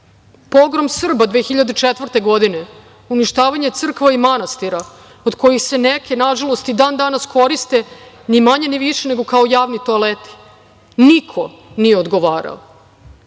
Pogrom Srba 2004. godine, uništavanje crkva i manastira, od kojih se neke nažalost i dana danas koriste ni manje, ni više, nego kao javni toaleti. Niko nije odgovarao. Hvala